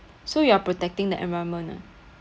so you are protecting the environment ah